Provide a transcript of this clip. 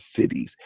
cities